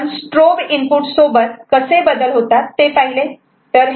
आपण strobe input सोबत कसे बदल होतात ते पाहिले